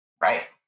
Right